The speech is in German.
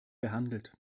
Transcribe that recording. behandelt